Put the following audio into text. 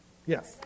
Yes